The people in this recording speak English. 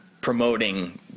promoting